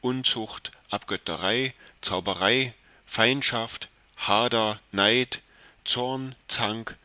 unzucht abgötterei zauberei feindschaft hader neid zorn zank